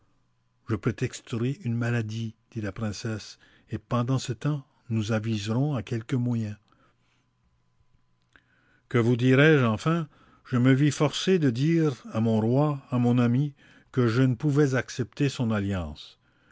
je prétexterai une maladie dit la princesse et pendant ce tems nous aviserons à quelques moyens que vous dirai-je enfin je me vis forcé de dire à mon roi à mon ami que je ne pouvais accepter son alliance